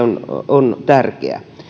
on tärkeää